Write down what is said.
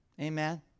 Amen